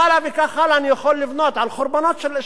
על חורבנות של כפרים פלסטיניים.